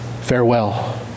Farewell